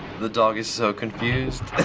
the dog is so confused.